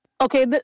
Okay